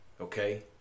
okay